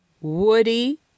Woody